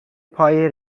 پای